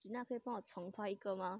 gina 可以帮我重拍一个吗